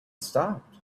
stopped